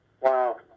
Wow